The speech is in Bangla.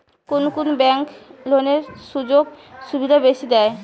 কুন কুন ব্যাংক লোনের সুযোগ সুবিধা বেশি দেয়?